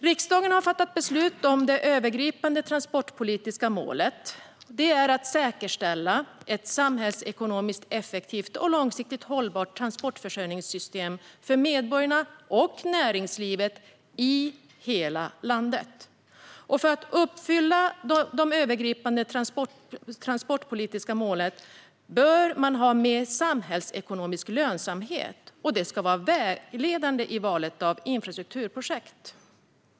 Riksdagen har fattat beslut om det övergripande transportpolitiska målet, som är att säkerställa ett samhällsekonomiskt effektivt och långsiktigt hållbart transportförsörjningssystem för medborgarna och näringslivet i hela landet. För att uppfylla det övergripande transportpolitiska målet bör samhällsekonomisk lönsamhet vara vägledande i valet av infrastrukturprojekt.